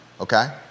okay